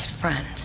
friend